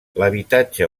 l’habitatge